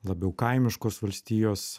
labiau kaimiškos valstijos